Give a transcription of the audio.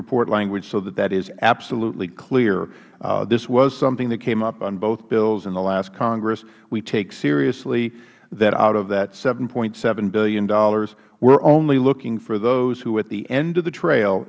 report language so that that is absolutely clear this was something that came up on both bills in the last congress we take seriously that out of that seven dollars seventy cents billion we are only looking for those who at the end of the trail